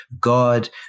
God